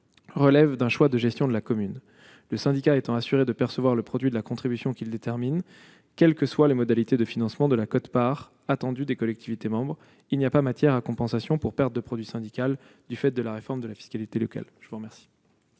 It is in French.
relève d'un choix de gestion de la commune. Le syndicat étant assuré de percevoir le produit de la contribution qu'il détermine quelles que soient les modalités de financement de la quote-part attendue des collectivités membres, il n'y a pas matière à compensation pour perte de produit syndical du fait de la réforme de la fiscalité locale. La parole